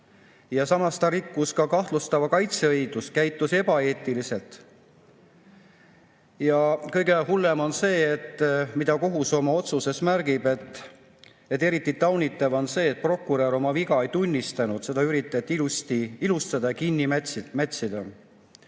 ja samas ta rikkus ka kahtlustatava kaitseõigust, käitus ebaeetiliselt. Ja kõige hullem on see, mida kohus oma otsuses märgib, et eriti taunitav on see, et prokurör oma viga ei tunnistanud, seda üritati ilustada ja kinni mätsida.